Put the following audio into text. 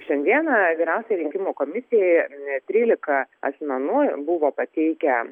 šiandieną vyriausioji rinkimų komisijai net trylika asmenų buvo pateikę